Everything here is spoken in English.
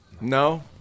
No